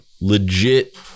legit